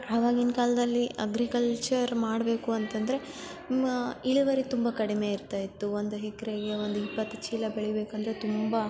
ಆವಾಗಿನ ಕಾಲದಲ್ಲಿ ಅಗ್ರಿಕಲ್ಚರ್ ಮಾಡಬೇಕು ಅಂತ ಅಂದ್ರೆ ಮಾ ಇಳುವರಿ ತುಂಬ ಕಡಿಮೆ ಇರುತ್ತಾ ಇತ್ತು ಒಂದು ಎಕ್ರೆಗೆ ಒಂದು ಇಪ್ಪತ್ತು ಚೀಲ ಬೆಳಿ ಬೇಕೆಂದ್ರೆ ತುಂಬ